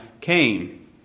came